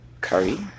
Curry